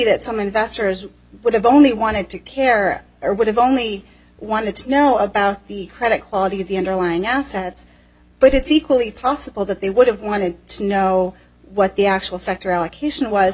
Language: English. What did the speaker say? that some investors would have only wanted to care or would have only wanted to know about the credit quality of the underlying assets but it's equally possible that they would have wanted to know what the actual sector allocation w